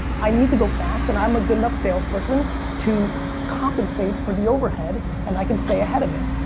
i need to go fast and i'm a good enough salesperson to compensate for the overhead and i can stay ahead of it.